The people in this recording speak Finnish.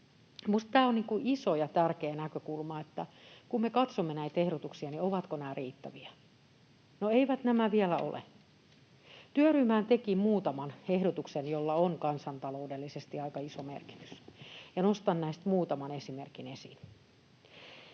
Minusta tämä on iso ja tärkeä näkökulma, että kun me katsomme näitä ehdotuksia, niin ovatko nämä riittäviä. No, eivät nämä vielä ole. Työryhmähän teki muutaman ehdotuksen, joilla on kansantaloudellisesti aika iso merkitys, ja nostan näistä muutaman esimerkin esiin.